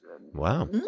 Wow